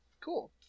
Cool